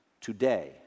Today